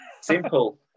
simple